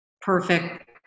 perfect